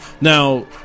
Now